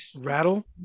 Rattle